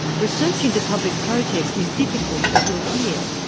research into public protest is difficult, as we'll hear,